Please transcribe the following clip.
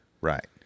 Right